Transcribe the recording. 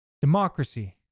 democracy